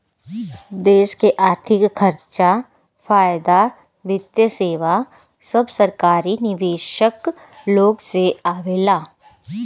देश के अर्थिक खर्चा, फायदा, वित्तीय सेवा सब सरकारी निवेशक लोग से आवेला